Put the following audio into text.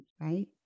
right